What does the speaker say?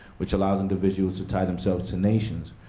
which allows individuals to tie themselves in nations,